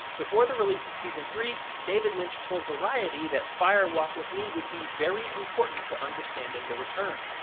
before the release of season three, david lynch told variety that fire walk with me would be very important to understanding the return.